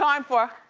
so um for